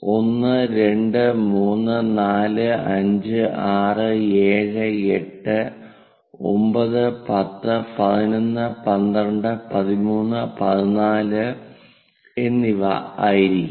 1 2 3 4 5 6 7 8 9 10 11 12 13 14 എന്നിവ ആയിരിക്കാം